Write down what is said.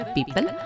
People